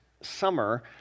summer